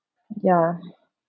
ya